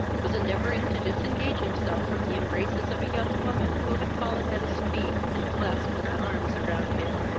was endeavouring to disengage himself from the embraces of a young woman, who had fallen at his feet, and clasped her arms around him.